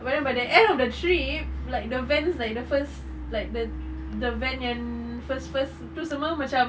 but then by the end of the trip like the vans like the first like the the van yang first first tu semua macam